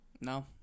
No